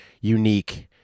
unique